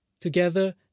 Together